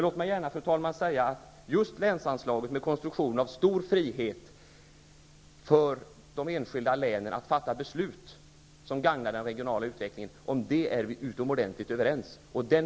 Låt mig, fru talman, säga att vi just beträffande länsanslaget, med dess konstruktion med stor frihet för de enskilda länen att fatta beslut som gagnar den regionala utvecklingen, är utomordentligt överens.